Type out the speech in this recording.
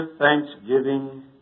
thanksgiving